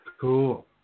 Cool